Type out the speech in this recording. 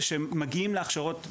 שהם מגיעים להכשרות,